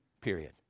period